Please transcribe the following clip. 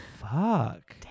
fuck